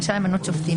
רשאי למנות שופטים,